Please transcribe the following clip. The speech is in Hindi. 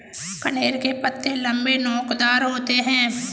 कनेर के पत्ते लम्बे, नोकदार होते हैं